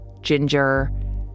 ginger